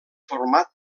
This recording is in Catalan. format